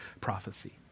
prophecy